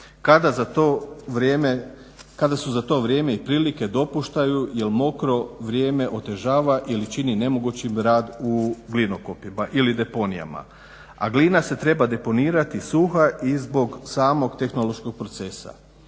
kada su za to vrijeme i prilike dopuštaju jer mokro vrijeme otežava i čini nemogućim rad u glinokopima ili deponijima. A glina se treba deponirati suha i zbog samog tehnološkog procesa,